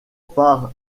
part